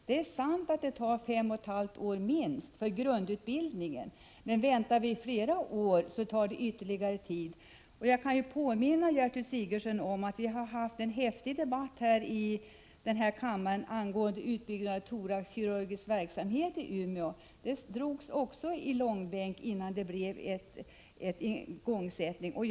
Det är sant att grundutbildningen för läkare tar minst fem och ett halvt år, men om vi nu väntar längre, tar ju det hela ytterligare tid. Jag kan påminna Gertrud Sigurdsen om att vi har haft en häftig debatt i denna kammare angående en utbyggnad av den thoraxkirurgiska verksamheten i Umeå. Det förslaget drogs också i långbänk innan verksamheten sattes i gång.